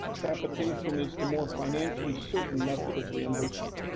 capitation is the more financially certain method of reimbursement.